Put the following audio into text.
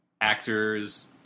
actors